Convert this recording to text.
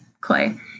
clay